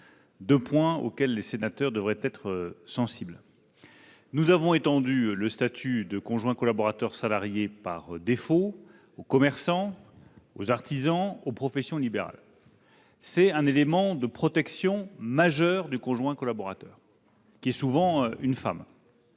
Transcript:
deux points auxquels les sénateurs devraient être sensibles. Nous avons étendu le statut de conjoint collaborateur salarié par défaut aux commerçants, aux artisans et aux professions libérales. C'est un élément de protection majeure du conjoint collaborateur, qui est souvent une femme.